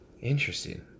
Interesting